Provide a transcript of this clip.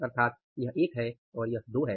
अर्थात यह एक है और यह दो है